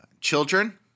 children